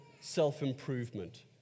self-improvement